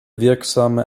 wirksame